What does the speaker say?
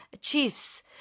chiefs